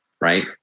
right